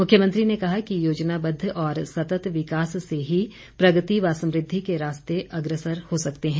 मुख्यमंत्री ने कहा कि योजनाबद्द और सतत विकास से ही प्रगति व समृद्धि के रास्ते अग्रसर हो सकते हैं